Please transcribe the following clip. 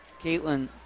Caitlin